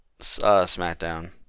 SmackDown